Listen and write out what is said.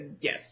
yes